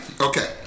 Okay